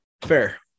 fair